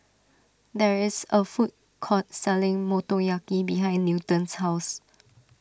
there is a food court selling Motoyaki behind Newton's house